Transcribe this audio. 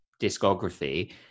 discography